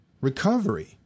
recovery